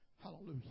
Hallelujah